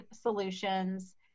solutions